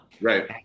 right